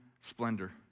splendor